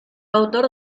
autor